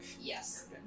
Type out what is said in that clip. Yes